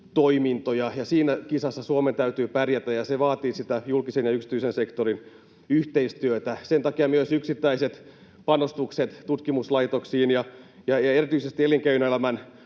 tki-toiminto. Siinä kisassa Suomen täytyy pärjätä, ja se vaatii julkisen ja yksityisen sektorin yhteistyötä. Sen takia myös yksittäiset panostukset tutkimuslaitoksiin ja erityisesti elinkeinoelämän